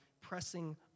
pressing